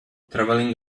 traveling